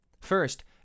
First